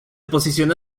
posicionó